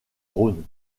rhône